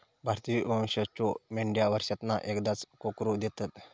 भारतीय वंशाच्यो मेंढयो वर्षांतना एकदाच कोकरू देतत